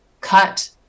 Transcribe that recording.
cut